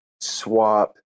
swap